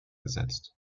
gesetzt